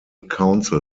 council